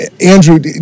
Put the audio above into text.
Andrew